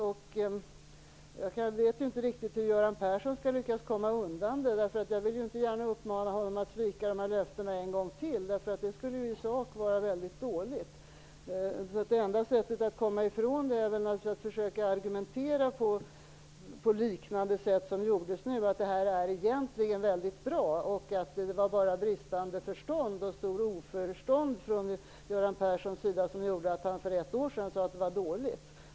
Jag vet inte riktigt hur Göran Persson skall lyckas komma undan detta. Jag vill inte gärna uppmana honom att svika dessa löften en gång till. Det skulle ju i sak vara mycket dåligt. Det enda sättet att komma ifrån det är naturligtvis att försöka argumentera på ett liknande sätt som det som gjordes nu, nämligen att detta egentligen är mycket bra och att det bara vara bristande förstånd och stort oförstånd från Göran Perssons sida som gjorde att han för ett år sedan sade att det var dåligt.